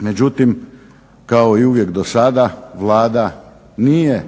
Međutim, kao i uvijek do sada Vlada nije